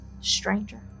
Stranger